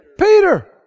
Peter